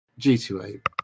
G2A